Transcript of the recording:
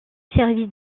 service